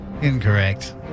Incorrect